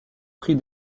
pris